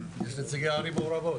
הערים המעורבות.